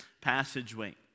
passageway